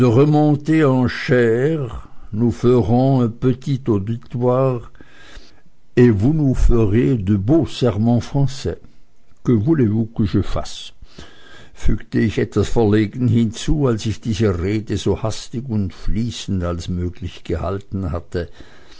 fügte ich etwas verlegen hinzu als ich diese rede so hastig und fließend als möglich gehalten hatte